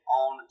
on